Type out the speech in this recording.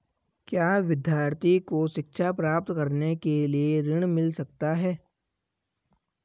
क्या विद्यार्थी को शिक्षा प्राप्त करने के लिए ऋण मिल सकता है?